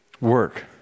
Work